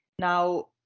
Now